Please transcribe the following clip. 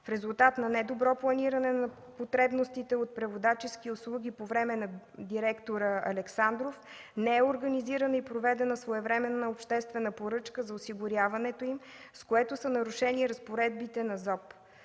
В резултат на недобро планиране на потребностите от преводачески услуги по време на директора Александров не е организирана и проведена своевременна обществена поръчка за осигуряването им, с което са нарушени разпоредбите на